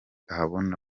ahabona